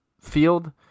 field